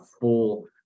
full